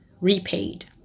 repaid